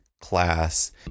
class